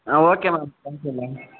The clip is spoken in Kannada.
ಹಾಂ okay ma'am thank you ma'am